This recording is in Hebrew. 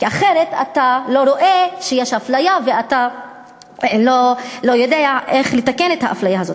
אחרת אתה לא רואה שיש אפליה ואתה לא יודע איך לתקן את האפליה הזאת.